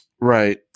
Right